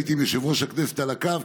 הייתי עם יושב-ראש הכנסת על הקו,